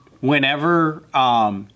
whenever